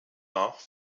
nach